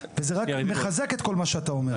וזה אף מחזק את כל מה שאתה אומר.